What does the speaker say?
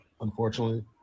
Unfortunately